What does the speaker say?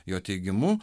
jo teigimu